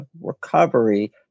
recovery